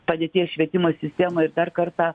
padėties švietimo sistemoj ir dar kartą